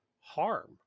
harm